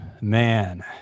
man